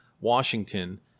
Washington